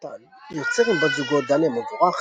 דני דותן יוצר עם בת זוגו דליה מבורך